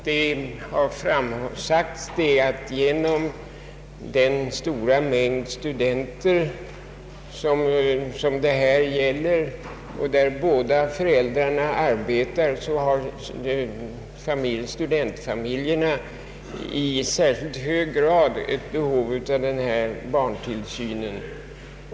Det har sagts att studentfamiljerna på grund av det stora antal fall då båda föräldrarna studerar eller arbetar i särskilt hög grad har behov av barntillsyn.